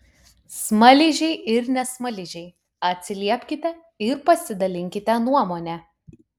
smaližiai ir ne smaližiai atsiliepkite ir pasidalinkite nuomone